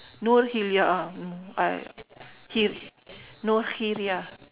noor-khiriah ah mm I hi~ noor-khiriah